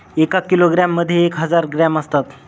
एका किलोग्रॅम मध्ये एक हजार ग्रॅम असतात